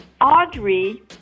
Audrey